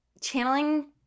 channeling